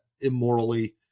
immorally